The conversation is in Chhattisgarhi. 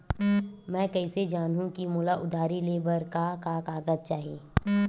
मैं कइसे जानहुँ कि मोला उधारी ले बर का का कागज चाही?